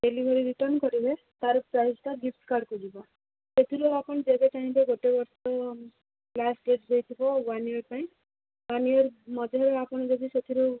delivery return କରିବେ ତା'ର ପ୍ରାଇସ୍ଟା ଗିଫ୍ଟ୍ କାର୍ଡ଼କୁ ଯିବ ସେଥିରୁ ଆପଣ ଯେବେ ଚାହିଁବେ ଗୋଟେ ଲାଷ୍ଟ୍ ଡେଟ୍ ଦେଇଥିବ ୱାନ୍ ଇଅର୍ ପାଇଁ ୱାନ୍ ଇଅର୍ ମଧ୍ୟରେ ଆପଣ ଯଦି ସେଥିରୁ